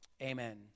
Amen